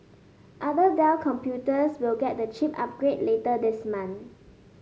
other Dell computers will get the chip upgrade later this month